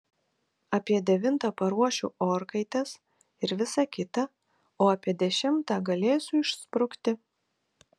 apie devintą paruošiu orkaites ir visa kita o apie dešimtą galėsiu išsprukti